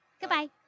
Goodbye